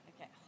Okay